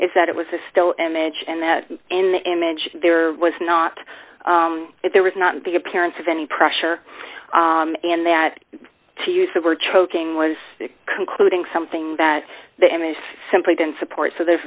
is that it was a still image and that in the image there was not there was not the appearance of any pressure and that to use the word choking was concluding something that the image simply didn't support so the